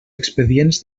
expedients